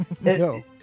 No